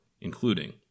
including